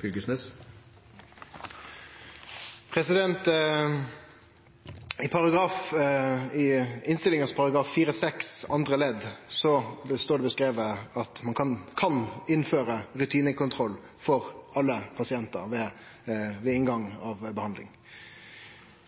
4-6 andre ledd i innstillinga står det at ein kan innføre rutinekontroll for alle pasientar ved starten av ei behandling.